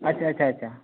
ᱟᱪᱪᱷᱟ ᱟᱪᱪᱷᱟ ᱟᱪᱪᱷᱟ